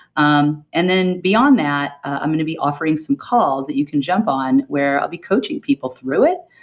um and then beyond that i'm going to be offering some calls that you can jump on where i'll be coaching people through it.